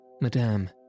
Madame